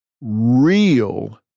real